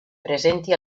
presenti